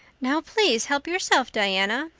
now, please help yourself, diana,